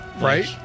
right